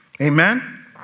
Amen